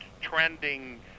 trending